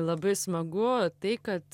labai smagu tai kad